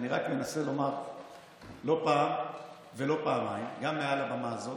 לא פעם ולא פעמיים, גם מעל הבמה הזאת,